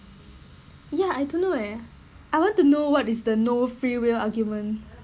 ya I don't know eh I want to know what is the no free will argument